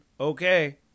Okay